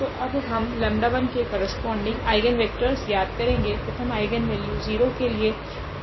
तो अब हम 𝜆1 के करस्पोंडिंग आइगनवेक्टरस ज्ञात करेगे प्रथम आइगनवेल्यू 0 के लिए